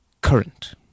current